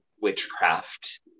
witchcraft